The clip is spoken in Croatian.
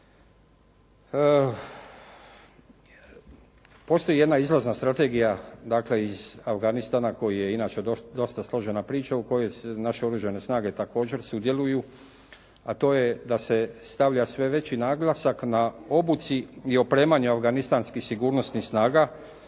Postoji jedna izlazna strategija, dakle, iz Afganistana koji je inače dosta složena priča u kojoj naše oružane snage također sudjeluju, a to je da se stavlja sve veći naglasak na obuci i opremanju afganistanskih sigurnosnih snaga